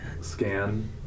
scan